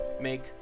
make